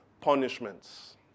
punishments